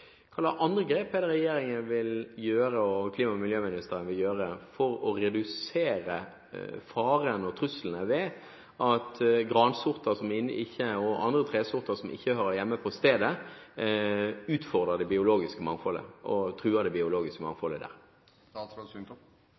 hvilke andre grep enn en slik type forbud som vi ville ha, vil regjeringen og klima- og miljøministeren gjøre for å redusere faren og truslene for at gransorter og andre tresorter som ikke hører hjemme på stedet, utfordrer og truer det biologiske mangfoldet? Etter loven i dag er det